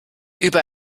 über